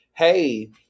hey